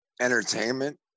entertainment